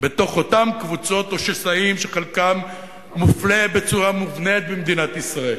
בתוך אותן קבוצות או שסעים שחלקם מופלה בצורה מובנית במדינת ישראל,